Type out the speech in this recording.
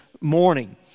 morning